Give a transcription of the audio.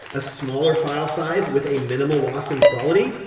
a smaller file size with a minimal loss in quality.